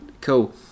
Cool